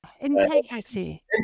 Integrity